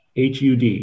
hud